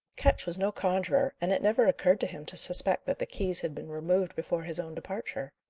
ketch was no conjuror, and it never occurred to him to suspect that the keys had been removed before his own departure.